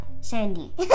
Sandy